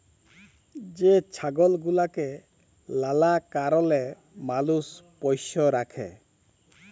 যে ছাগল গুলাকে লালা কারলে মালুষ পষ্য রাখে